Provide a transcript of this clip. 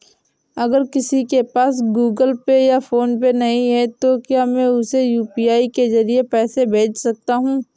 अगर किसी के पास गूगल पे या फोनपे नहीं है तो क्या मैं उसे यू.पी.आई के ज़रिए पैसे भेज सकता हूं?